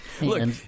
Look